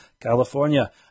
California